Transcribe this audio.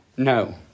No